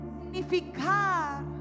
significar